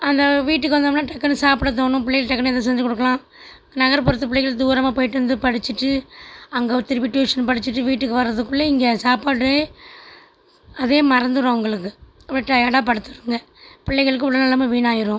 அந்த வீட்டுக்கு வந்தோம்னால் டக்குனு சாப்பிட தோணும் பிள்ளைகளுக்கு டக்குனு எதாச்சு செஞ்சு கொடுக்கலாம் நகர்புறத்து பிள்ளைங்க தூரமாக போயிட்டு வந்து படித்திட்டு அங்கே திரும்பி டூஷன் படித்திட்டு வீட்டுக்கு வரதுக்குள்ளே இங்கே சாப்பாடு அதே மறந்துடும் அவங்களுக்கு ரொம்ப டையார்டாக படுத்துடுங்க பிள்ளைங்களுக்கு உடல் நலமும் வீணாகிடும்